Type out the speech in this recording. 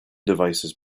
devices